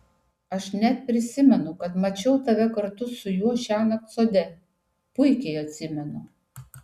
aš net prisimenu kad mačiau tave kartu su juo šiąnakt sode puikiai atsimenu